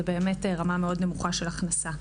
זה באמת רמה מאוד נמוכה של הכנסה.